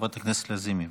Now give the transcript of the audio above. חברת הכנסת לזימי.